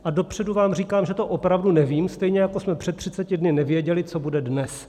A dopředu vám říkám, že to opravdu nevím, stejně jako jsme před 30 dny nevěděli, co bude dnes.